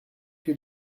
que